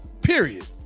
period